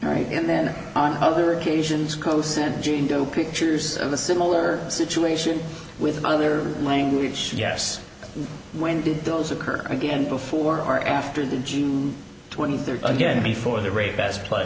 right and then on other occasions cosentino pictures of a similar situation with other language yes when did those occur again before or after the june twenty third again before the rape best pla